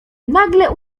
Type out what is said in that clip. nagle